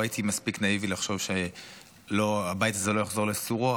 לא הייתי מספיק נאיבי לחשוב שהבית הזה לא יחזור לסורו,